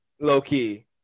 Low-key